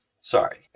Sorry